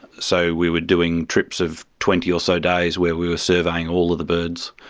so we were doing trips of twenty or so days where we were surveying all of the birds,